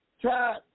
try